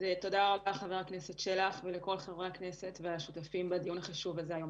וכל חברי הכנסת והשותפים בדיון החשוב הזה היום.